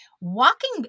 walking